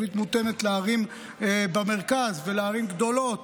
תוכנית מותאמת לערים במרכז ולערים גדולות.